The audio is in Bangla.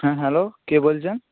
হ্যাঁ হ্যালো কে বলছেন